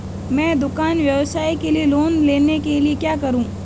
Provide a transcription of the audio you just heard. मैं दुकान व्यवसाय के लिए लोंन लेने के लिए क्या करूं?